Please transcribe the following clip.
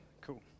cool